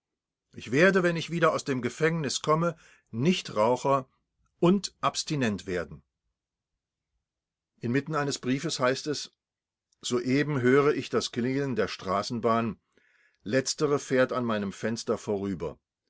ich werde wenn ich wieder aus dem gefängnis komme nichtraucher und abstinent werden inmitten eines briefes heißt es soeben höre ich das klingeln der straßenbahn letztere fährt an meinem fenster vorüber